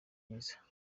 myiza